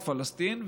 את פלסטין,